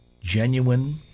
genuine